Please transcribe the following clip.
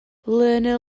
learner